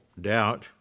doubt